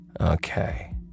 Okay